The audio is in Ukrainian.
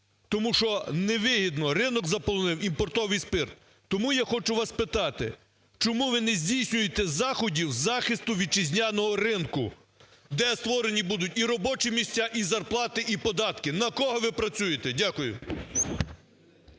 Тому що невигідно, ринок заполонив імпортований спирт. Тому я хочу вас спитати, чому ви не здійснюєте заходів з захисту вітчизняного ринку, де створені будуть і робочі місця, і зарплати, і податки?! На кого ви працюєте? Дякую.